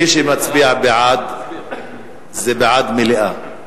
מי שמצביע בעד זה בעד מליאה,